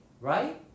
right